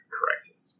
Correct